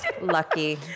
lucky